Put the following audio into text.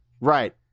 Right